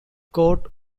coat